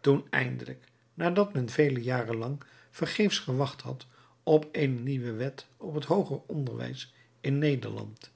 toen eindelijk nadat men vele jaren lang te vergeefs gewacht had op eene nieuwe wet op het hooger onderwijs in nederland